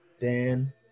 Dan